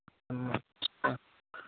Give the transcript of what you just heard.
अच्छा